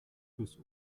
bis